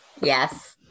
Yes